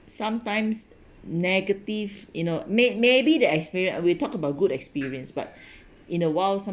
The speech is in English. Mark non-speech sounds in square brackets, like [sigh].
sometimes negative you know may~ maybe the experience uh we talked about good experience but [breath] in a while